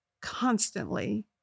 constantly